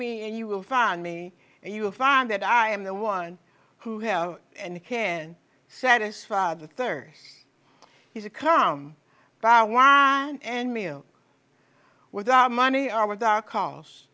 me and you will find me and you will find that i am the one who have and can satisfy the third he's a come by one and me with our money are with our calls